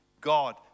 God